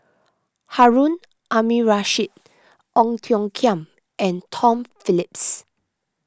Harun Aminurrashid Ong Tiong Khiam and Tom Phillips